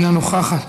אינה נוכחת.